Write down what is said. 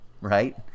right